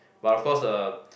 but of course uh